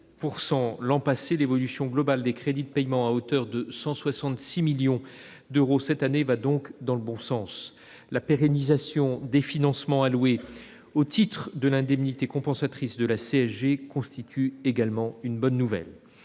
de 2,7 % l'an passé, l'évolution globale des crédits de paiement à hauteur de 166 millions d'euros cette année va donc dans le bon sens. La pérennisation des financements alloués au titre de l'indemnité compensatrice de la CSG constitue, à ce titre, une bonne nouvelle.